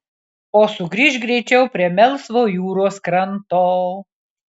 o sugrįžk greičiau prie melsvo jūros kranto